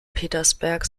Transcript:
petersberg